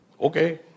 Okay